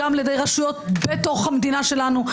גם על ידי רשויות בתוך המדינה שלנו,